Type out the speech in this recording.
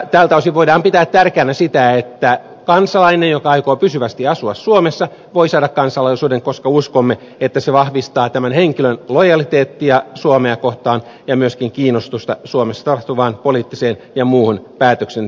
tältä osin voidaan pitää tärkeänä sitä että kansalainen joka aikoo pysyvästi asua suomessa voi saada kansalaisuuden koska uskomme että se vahvistaa tämän henkilön lojaliteettia suomea kohtaan ja myöskin kiinnostusta suomessa tapahtuvaan poliittiseen ja muuhun päätöksentekoon